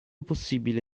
possibile